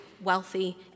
wealthy